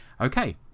Okay